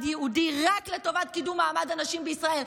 ייעודי רק לטובת קידום מעמד הנשים בישראל.